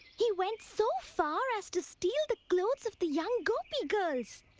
he went so far as to steal the clothes of the young gopi girls.